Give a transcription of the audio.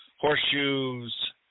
horseshoes